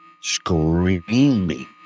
screaming